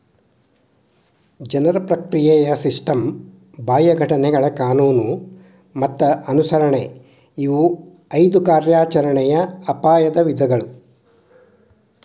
ಜನರ ಪ್ರಕ್ರಿಯೆಯ ಸಿಸ್ಟಮ್ ಬಾಹ್ಯ ಘಟನೆಗಳ ಕಾನೂನು ಮತ್ತ ಅನುಸರಣೆ ಇವು ಐದು ಕಾರ್ಯಾಚರಣೆಯ ಅಪಾಯದ ವಿಧಗಳು